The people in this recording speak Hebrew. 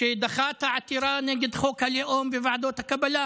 שדחה את העתירה נגד חוק הלאום וועדות הקבלה,